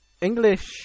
english